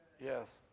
Yes